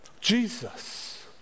Jesus